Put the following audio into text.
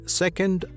second